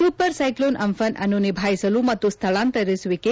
super cyclone Amphan ಅನ್ನು ನಿಭಾಯಿಸಲು ಮತ್ತು ಸ್ವಳಾಂತರಿಸುವಿಕೆ